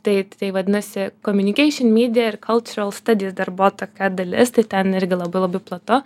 tai tai vadinasi communication media ir cultural studies dar buvo tokia dalis tai ten irgi labai labai platu